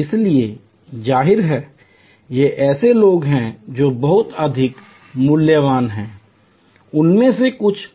इसलिए जाहिर है ये ऐसे लोग हैं जो बहुत अधिक मूल्यवान हैं उनमें से कुछ